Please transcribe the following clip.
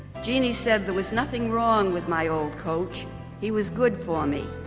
jeannie said there was nothing wrong with my old coach he was good for me,